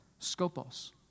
Scopos